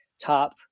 top